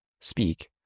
speak